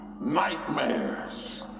nightmares